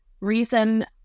reason